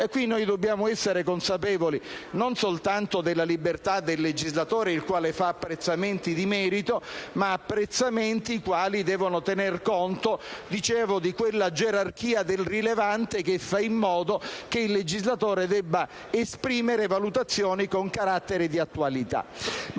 senso, dobbiamo essere consapevoli della libertà del legislatore, il quale fa apprezzamenti di merito, ma che devono tener conto di quella gerarchia del rilevante che fa in modo che il legislatore debba esprimere valutazioni con carattere di attualità.